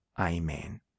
Amen